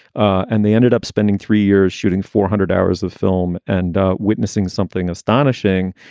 and they ended up spending three years shooting four hundred hours of film and witnessing something astonishing.